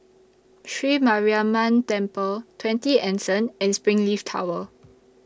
Sri Mariamman Temple twenty Anson and Springleaf Tower